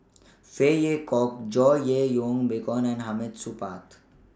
Phey Yew Kok George Yeo Yong Boon and Hamid Supaat